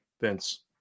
Vince